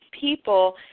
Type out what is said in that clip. people